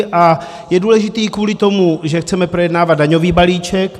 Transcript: A je důležitý i kvůli tomu, že chceme projednávat daňový balíček.